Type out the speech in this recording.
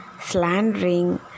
slandering